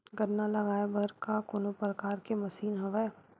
गन्ना लगाये बर का कोनो प्रकार के मशीन हवय?